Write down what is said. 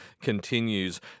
continues